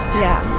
yeah,